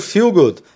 Feelgood